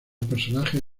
personajes